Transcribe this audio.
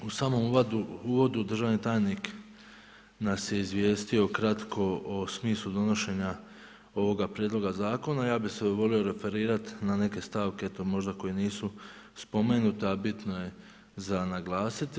U samom uvodu državni tajnik nas je izvijestio kratko o smislu donošenja ovoga prijedloga zakona, ja bi se volio referirati na neke stavke, to možda koje nisu spomenuta, a bitno je za naglasiti.